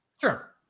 Sure